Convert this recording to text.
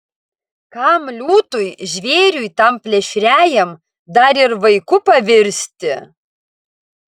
kam liūtui žvėriui tam plėšriajam dar ir vaiku pavirsti